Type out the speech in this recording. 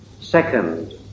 second